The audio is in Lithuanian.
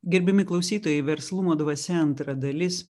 gerbiami klausytojai verslumo dvasia antra dalis